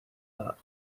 lot